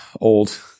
Old